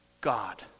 God